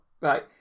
right